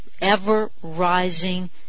ever-rising